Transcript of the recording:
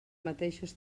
mateixos